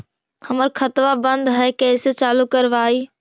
हमर खतवा बंद है कैसे चालु करवाई?